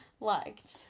liked